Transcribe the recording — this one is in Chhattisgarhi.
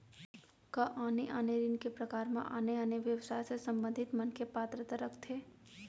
का आने आने ऋण के प्रकार म आने आने व्यवसाय से संबंधित मनखे पात्रता रखथे?